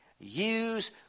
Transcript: use